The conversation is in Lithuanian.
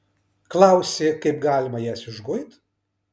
klausi kaip galima jas išguit